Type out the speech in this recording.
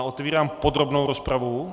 Otevírám podrobnou rozpravu.